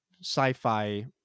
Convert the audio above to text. sci-fi